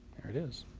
there it is.